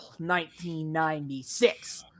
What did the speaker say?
1996